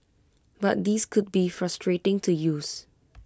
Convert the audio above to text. but these could be frustrating to use